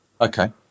okay